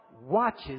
watches